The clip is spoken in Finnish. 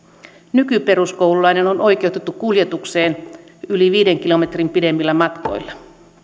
nykyperuskoululainen on oikeutettu kuljetukseen yli viiden kilometrin pituisilla matkoilla